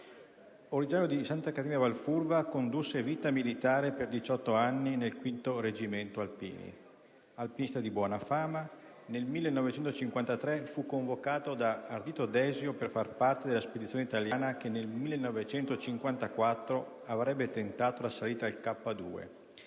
Originario di Santa Caterina Valfurva, condusse vita militare per 18 anni, nel 5° reggimento alpini. Alpinista di buona fama, nel 1953 fu convocato da Ardito Desio per far parte della spedizione italiana che nel 1954 avrebbe tentato la salita al K2,